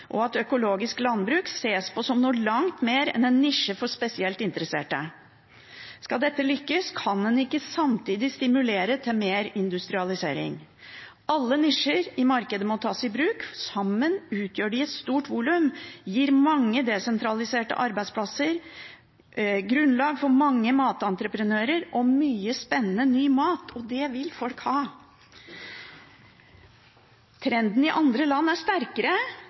og at økologisk landbruk ses på som noe langt mer enn en nisje for spesielt interesserte. Skal dette lykkes, kan en ikke samtidig stimulere til mer industrialisering. Alle nisjer i markedet må tas i bruk. Sammen utgjør de et stort volum, de gir mange desentraliserte arbeidsplasser, grunnlag for mange matentreprenører og mye spennende, ny mat. Det vil folk ha. Trenden i andre land er sterkere